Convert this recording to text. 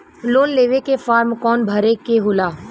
Loan लेवे के form कौन भरे के होला?